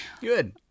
Good